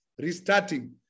restarting